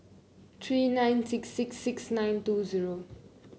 three nine six six six nine two zero